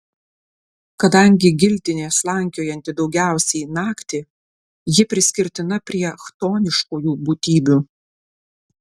kadangi giltinė slankiojanti daugiausiai naktį ji priskirtina prie chtoniškųjų būtybių